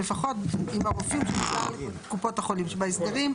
לפחות עם הרופאים של קופות החולים שבהסדרים,